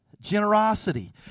Generosity